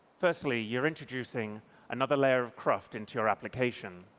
firstly, you're introducing another layer of craft into your application.